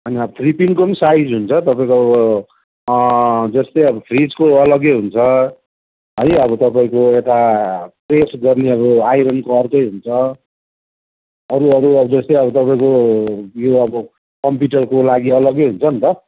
होइन थ्री पिनको पनि साइज हुन्छ तपाईँको जस्तै अब फ्रिजको अलग्गै हुन्छ है अब तपाईँको यता प्रेस गर्नेहरू आइरनको अर्कै हुन्छ अरू अरू अब जस्तै अब तपाईँको यो अब कम्प्युटरको लागि अलग्गै हुन्छ नि त